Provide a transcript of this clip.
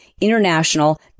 international